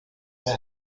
اوه